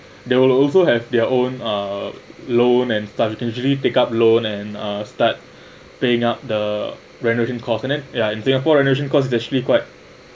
they will also have their own uh loan and stuff you can usually pick up loan and uh start paying up the renovation cost and then ya in singapore renovation cost it's actually quite